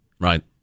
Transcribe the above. Right